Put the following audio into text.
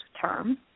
term